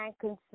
concern